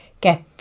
get